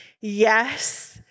yes